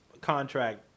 contract